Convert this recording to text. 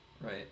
right